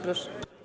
Proszę.